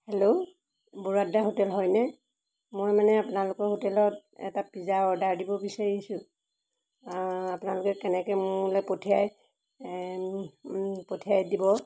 hello Baruah দা hotel হয়নে মই মানে আপোনালোকৰ হোটেলত এটা পিজ্জা অৰ্ডাৰ দিব বিচাৰিছোঁ আপোনালোকে কেনেকৈ মোলৈ পঠিয়াই পঠিয়াই দিব